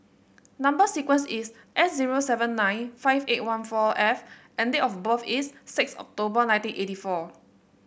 number sequence is S zero seven nine five eight one four F and date of birth is six October nineteen eighty four